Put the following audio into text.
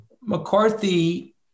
McCarthy